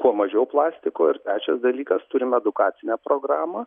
kuo mažiau plastiko ir trečias dalykas turim edukacinę programą